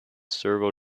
servo